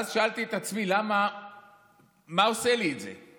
ואז שאלתי את עצמי: מה עושה לי את זה?